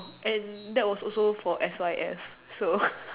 and that was also for S_Y_F so